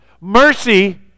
Mercy